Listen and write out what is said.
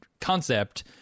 concept